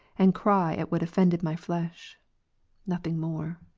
and cry at what offended my flesh nothing more.